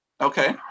Okay